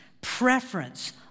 preference